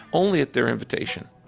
only at their invitation